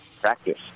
practice